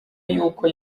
y’uko